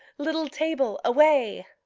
little table, away!